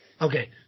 Okay